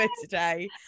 today